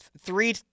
three